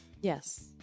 Yes